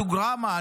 תוגרמא,